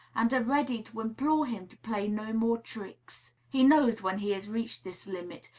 and are ready to implore him to play no more tricks. he knows when he has reached this limit,